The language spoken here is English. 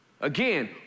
Again